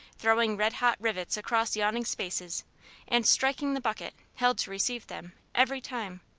throwing red-hot rivets across yawning spaces and striking the bucket, held to receive them, every time.